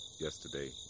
Yesterday